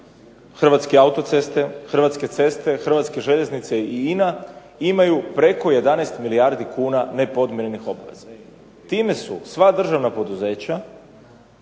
to su HEP, HAC, Hrvatske ceste, Hrvatske željeznice i INA imaju preko 11 milijardi kuna nepodmirenih obveza. Time su sva državna poduzeća,